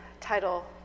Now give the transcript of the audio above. title